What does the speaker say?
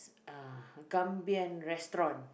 uh Gambian restaurant